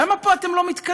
למה פה אתם לא מתקדמים?